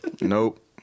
nope